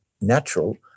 natural